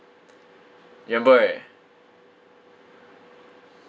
you remember right